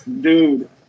Dude